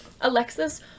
alexis